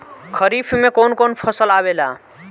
खरीफ में कौन कौन फसल आवेला?